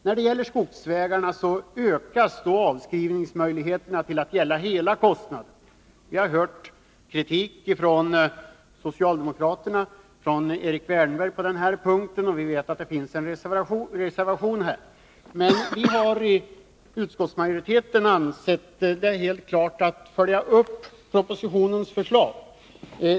När det gäller skogsvägarna ökas avskrivningsmöjligheterna till att gälla hela kostnaden. Vi har hört kritik från socialdemokraterna genom Erik Wärnberg på den här punkten, och det finns en reservation. Men vi i utskottsmajoriteten har ansett det självklart att följa upp propositionens förslag.